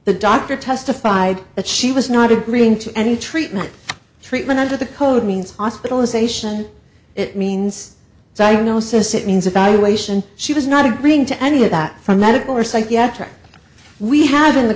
the doctor testified that she was not agreeing to any treatment treatment under the code means hospitalization it means so you know since it means evaluation she was not agreeing to any of that from medical or psychiatric we have in the